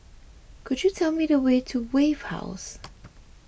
could you tell me the way to Wave House